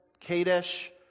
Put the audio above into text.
Kadesh